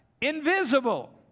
Invisible